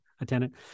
attendant